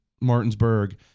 Martinsburg